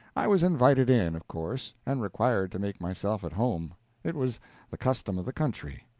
i was invited in, of course, and required to make myself at home it was the custom of the country.